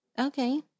Okay